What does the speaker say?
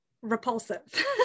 Repulsive